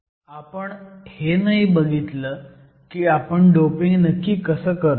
आपण हे नाही बघितलं की आपण डोपिंग नक्की कसं करतो